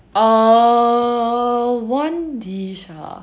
err one dish ah